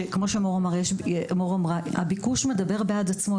כמו שמור אמרה, שהביקוש מדבר בעד עצמו.